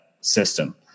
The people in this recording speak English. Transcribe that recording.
system